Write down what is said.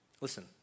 Listen